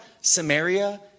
Samaria